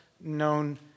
known